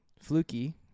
fluky